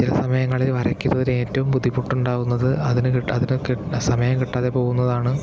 ചില സമയങ്ങളിൽ വരക്കുന്നതിന് ഏറ്റവും ബുദ്ധിമുട്ടുണ്ടാകുന്നത് അതിന് കിട്ട അതിന് കിട്ടേണ്ട സമയം കിട്ടാതെ പോകുന്നതാണ്